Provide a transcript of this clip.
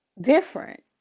different